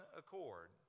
accord